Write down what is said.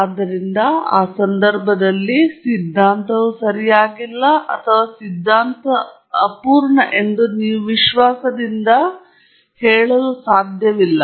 ಆದ್ದರಿಂದ ಆ ಸಂದರ್ಭದಲ್ಲಿ ಸಿದ್ಧಾಂತವು ಸರಿಯಾಗಿಲ್ಲ ಅಥವಾ ಸಿದ್ಧಾಂತ ಅಪೂರ್ಣ ಎಂದು ನೀವು ವಿಶ್ವಾಸದಿಂದ ಹೇಳಲು ಸಾಧ್ಯವಿಲ್ಲ